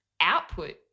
output